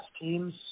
teams